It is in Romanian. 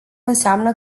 înseamnă